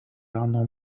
rano